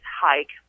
hike